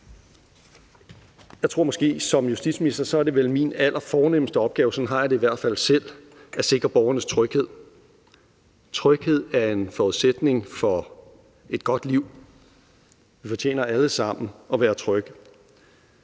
Jeg tror, at det som justitsminister vel er min allerfornemste opgave – sådan har jeg det i hvert fald – at sikre borgernes tryghed. Tryghed er en forudsætning for et godt liv. Vi fortjener alle sammen at være trygge.